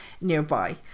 nearby